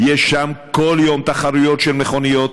יש שם כל יום תחרויות של מכוניות.